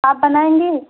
आप बनाएँगे